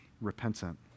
repentant